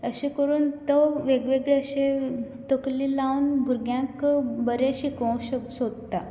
अशें करून तो वेगळे वेगळे अशें तकली लावन भुरग्याक बरें शिकोवंक शो सोदता